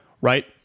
Right